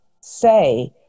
say